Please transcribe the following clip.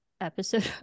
episode